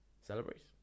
celebrate